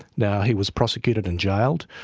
yeah he was prosecuted and jailed.